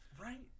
Right